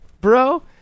Bro